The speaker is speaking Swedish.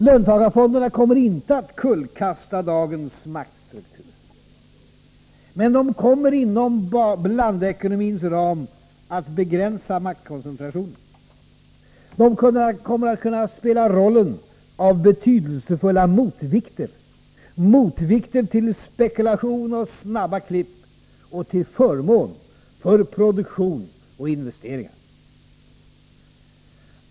Löntagarfonderna kommer inte att kullkasta dagens maktstruktur. Men de kommer, inom blandekonomins ram, att begränsa maktkoncentrationen. De kommer att kunna spela rollen av betydelsefulla motvikter, motvikter till spekulation och snabba klipp till förmån för produktion och investeringar.